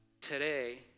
today